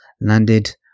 landed